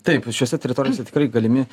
taip šiose teritorijose tikrai galimi